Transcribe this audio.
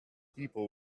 people